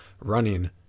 running